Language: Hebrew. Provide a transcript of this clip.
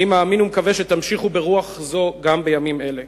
אני מאמין ומקווה שתמשיכו ברוח זו גם בימים אלה.